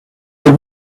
the